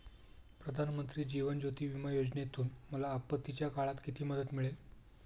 प्रधानमंत्री जीवन ज्योती विमा योजनेतून मला आपत्तीच्या काळात किती मदत मिळेल?